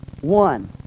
One